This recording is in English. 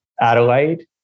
Adelaide